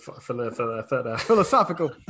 Philosophical